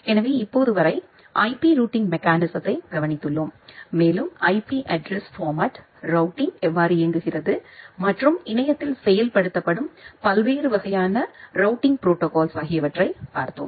எனவே இப்போது வரை ஐபி ரூட்டிங் மெக்கானிசம் கவனித்துள்ளோம் மேலும் ஐபி அட்ரஸ் பார்மட் ரூட்டிங் எவ்வாறு இயங்குகிறது மற்றும் இணையத்தில் செயல்படுத்தப்படும் பல்வேறு வகையான ரூட்டிங் ப்ரோடோகால்ஸ் ஆகியவற்றைப் பார்த்தோம்